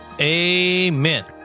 Amen